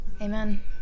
Amen